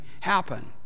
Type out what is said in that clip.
happen